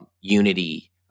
unity